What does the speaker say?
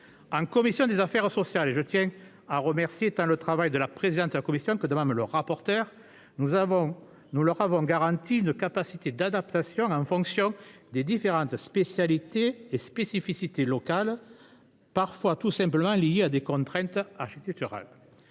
en commission des affaires sociales- je tiens à remercier tant le travail de sa présidente que celui de Mme le rapporteur -, nous avons garanti aux hôpitaux une capacité d'adaptation en fonction des différentes spécialités et spécificités locales, parfois tout simplement liées à des contraintes architecturales.